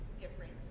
different